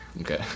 Okay